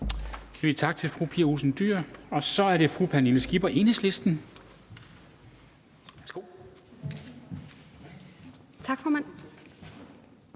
tak til fru Pia Olsen Dyhr. Og så er det fru Pernille Skipper, Enhedslisten.